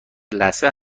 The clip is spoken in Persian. لثه